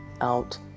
out